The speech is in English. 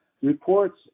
reports